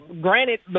Granted